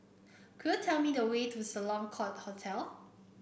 could you tell me the way to Sloane Court Hotel